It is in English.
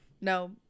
no